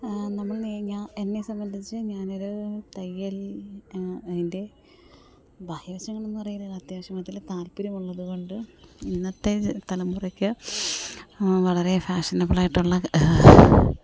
നമ്മൾ ഞാൻ എന്നെ സംബന്ധിച്ച് ഞാനൊരു തയ്യല് അതിന്റെ ബാഹ്യവശങ്ങൾ എന്ന് പറയുന്നത് അത്യാവശ്യം അതിൽ താല്പ്പര്യമുള്ളത് കൊണ്ട് ഇന്നത്തെ തലമുറയ്ക്ക് വളരെ ഫാഷനബിൾ ആയിട്ടുള്ള